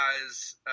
guys